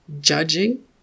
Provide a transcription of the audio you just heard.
judging